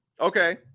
Okay